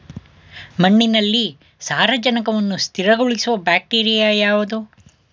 ಮಣ್ಣಿನಲ್ಲಿ ಸಾರಜನಕವನ್ನು ಸ್ಥಿರಗೊಳಿಸುವ ಬ್ಯಾಕ್ಟೀರಿಯಾ ಯಾವುದು?